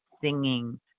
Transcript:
singing